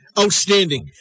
Outstanding